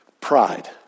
pride